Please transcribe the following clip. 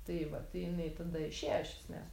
tai vat tai jinai tada išėjo iš esmės